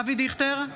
אבי דיכטר,